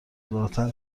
ذاتا